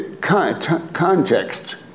context